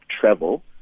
travel